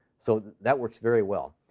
so that works very well.